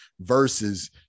versus